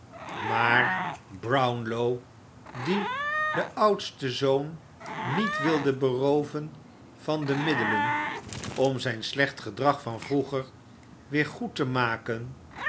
maar brownlow die den oudsten zoon niet wilde berooven van de middelen om zijn slecht gedrag van vroeger weer goed te maken